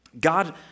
God